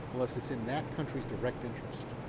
unless it is in that country's direct interest.